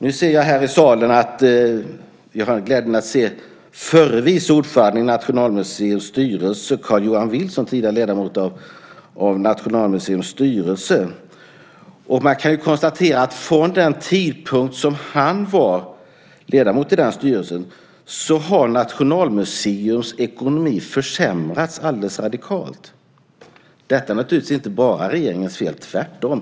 Nu ser jag att vi här i salen har glädjen att se förre vice ordföranden och ledamoten i Nationalmuseums styrelse, Carl-Johan Wilson. Man kan konstatera att från den tidpunkt som han var ledamot i den styrelsen har Nationalmuseums ekonomi försämrats alldeles radikalt. Detta är naturligtvis inte bara regeringens fel, tvärtom.